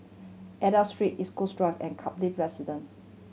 Aida Street East Coast Drive and Kaplan Residence